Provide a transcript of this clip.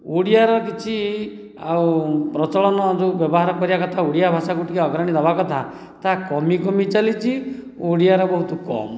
ଓଡ଼ିଆର କିଛି ଆଉ ପ୍ରଚଳନ ଯେଉଁ ବ୍ୟବହାର କରିବା କଥା ଓଡ଼ିଆ ଭାଷାକୁ ଟିକେ ଅଗ୍ରଣୀ ଦେବା କଥା ତାହା କମି କମି ଚାଲିଛି ଓଡ଼ିଆର ବହୁତ କମ